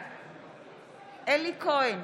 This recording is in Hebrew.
בעד אלי כהן,